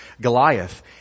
Goliath